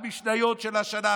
המשניות של השנה האחרונה,